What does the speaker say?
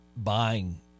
buying